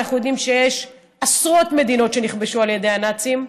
אנחנו יודעים שהיו עשרות מדינות שנכבשו על ידי הנאצים,